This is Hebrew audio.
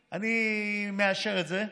זה עושה שכל, אני מאשר את זה.